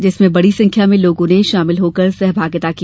जिसमें बडी संख्या में लोगों ने शामिल होकर सहभागिता की